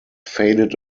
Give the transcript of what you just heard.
faded